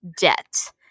debt